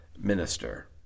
minister